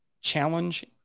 challenge